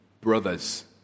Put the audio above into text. brothers